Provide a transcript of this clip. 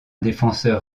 défenseur